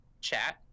chat